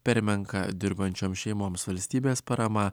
per menka dirbančiom šeimoms valstybės parama